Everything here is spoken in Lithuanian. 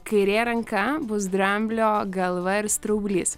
kairė ranka bus dramblio galva ir straublys